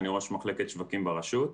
אני ראש מחלקת שווקים ברשות.